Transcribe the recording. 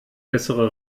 bessere